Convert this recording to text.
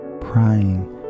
prying